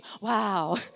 Wow